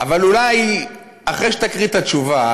אבל אולי אחרי שתקריא את התשובה